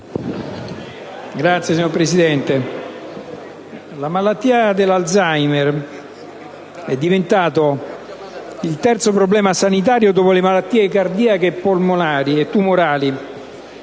*(IdV)*. Signora Presidente, la malattia dell'Alzheimer è diventata il terzo problema sanitario dopo le malattie cardiache, polmonari e tumorali.